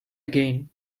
again